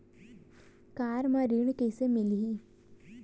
Car म ऋण कइसे मिलही?